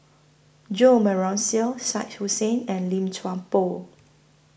Jo Marion Seow Shah Hussain and Lim Chuan Poh